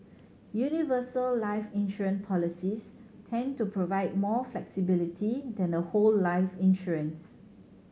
universal life insurance policies tend to provide more flexibility than the whole life insurance